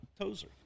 Tozer